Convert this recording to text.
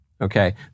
Okay